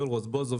יואל רזבוזוב